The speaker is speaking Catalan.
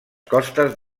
costes